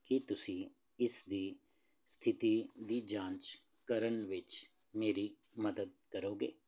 ਕੀ ਤੁਸੀਂ ਇਸ ਦੀ ਸਥਿਤੀ ਦੀ ਜਾਂਚ ਕਰਨ ਵਿੱਚ ਮੇਰੀ ਮਦਦ ਕਰੋਗੇ